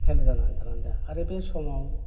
fail जानानै थालांदों आरो बे समाव